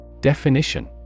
Definition